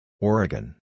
Oregon